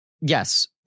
Yes